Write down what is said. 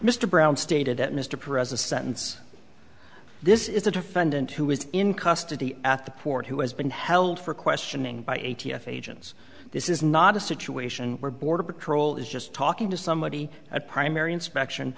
mr brown stated that mr perez a sentence this is a defendant who is in custody at the port who has been held for questioning by a t f agents this is not a situation where border patrol is just talking to somebody at primary inspection